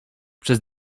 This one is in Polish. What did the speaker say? przez